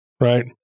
right